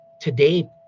today